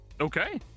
Okay